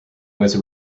was